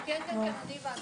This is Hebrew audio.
אחרי הפסיקה של הרב עמר,